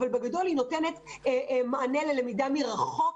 אבל היא נותנת מענה ללמידה מרחוק,